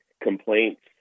complaints